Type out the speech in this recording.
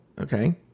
okay